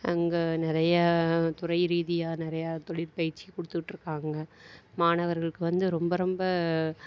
அங்கே நிறையா துறை ரீதியாக நிறையா தொழிற்பயிற்சி கொடுத்துட்ருக்காங்க மாணவர்களுக்கு வந்து ரொம்ப ரொம்ப